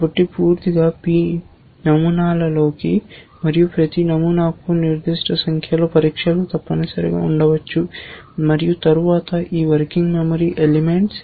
కాబట్టి పూర్తిగా p నమూనాలలోకి మరియు ప్రతి నమూనాకు నిర్దిష్ట సంఖ్యలో పరీక్షలు తప్పనిసరిగా ఉండవచ్చు మరియు తరువాత ఈ వర్కింగ్ మెమరీ ఎలిమెంట్స్